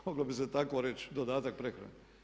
Moglo bi se tako reći, dodatak prehrani.